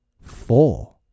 four